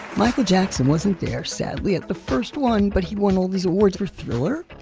michael jackson wasn't there, sadly, at the first one, but he won all these awards for thriller.